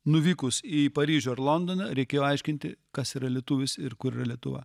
nuvykus į paryžių ar londoną reikėjo aiškinti kas yra lietuvis ir kur yra lietuva